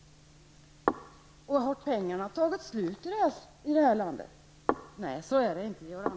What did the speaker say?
Har pengarna tagit slut i det här landet? Nej, så är det inte, Georg